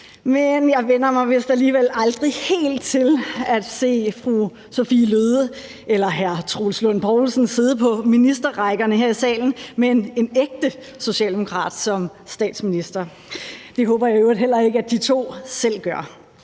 Men jeg vænner mig vist alligevel aldrig helt til at se fru Sophie Løhde eller hr. Troels Lund Poulsen sidde på ministerrækkerne her i salen med en ægte socialdemokrat som statsminister. Det håber jeg i øvrigt heller ikke at de to selv gør.